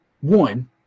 One